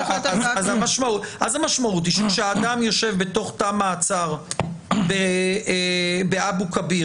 אז המשמעות היא שכאשר אדם יושב בתוך תא מעצר באבו כביר,